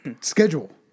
schedule